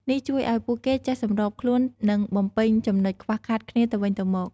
នេះជួយឱ្យពួកគេចេះសម្របខ្លួន និងបំពេញចំនុចខ្វះខាតគ្នាទៅវិញទៅមក។